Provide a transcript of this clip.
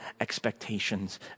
expectations